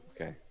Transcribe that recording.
Okay